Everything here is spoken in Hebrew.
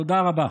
תודה רבה.